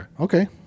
Okay